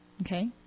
Okay